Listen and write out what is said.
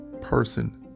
person